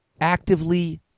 actively